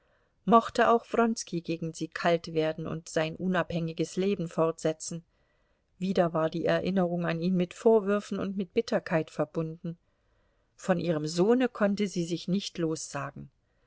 mochte auch wronski gegen sie kalt werden und sein unabhängiges leben fortsetzen wieder war die erinnerung an ihn mit vorwürfen und mit bitterkeit verbunden von ihrem sohne konnte sie sich nicht lossagen